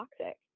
toxic